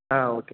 okay